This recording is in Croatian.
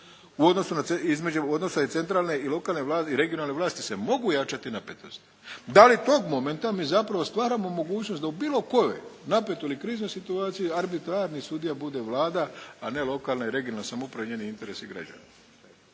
odnosa centralne i lokalne i regionalne vlasti se mogu jačati napetosti. Da li tog momenta mi zapravo stvaramo mogućnost da u bilo kojoj napetoj ili kriznoj situaciji arbitrarni sudija bude Vlada, a ne lokalna i regionalna samouprava i njeni interesi građana.